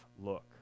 look